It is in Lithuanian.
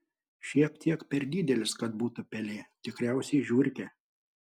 šiek tiek per didelis kad būtų pelė tikriausiai žiurkė